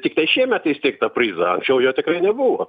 tiktai šiemet įsteigtą prizą anksčiau jo tikrai nebuvo